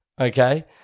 okay